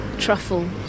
truffle